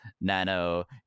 Nano